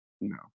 No